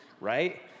right